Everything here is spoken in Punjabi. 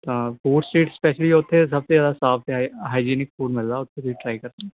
ਫੂਡ ਸਟੀਟ ਸਪੈਸ਼ਲੀ ਉਥੇ ਸਭ ਤੋਂ ਜ਼ਿਆਦਾ ਸਾਫ਼ ਅਤੇ ਹਾਈਜੀਨਿਕ ਫੂਡ ਮਿਲਦਾ ਤੁਸੀਂ ਟ੍ਰਾਈ ਕਰ ਸਕਦੇ